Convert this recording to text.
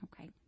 Okay